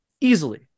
Easily